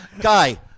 guy